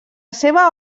seva